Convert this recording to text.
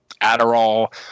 Adderall